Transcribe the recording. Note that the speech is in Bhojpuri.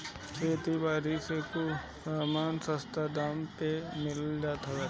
खेती बारी के कुछ सामान तअ सस्ता दाम पे मिल जात बाटे